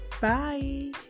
Bye